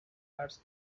hours